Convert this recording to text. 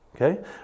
Okay